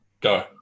Go